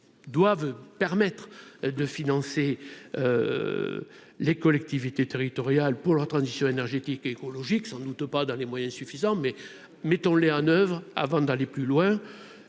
qui doivent permettre de financer les collectivités territoriales pour la transition énergétique et écologique, sans doute pas dans les moyens suffisants, mais mettons-les en oeuvre avant d'aller plus loin,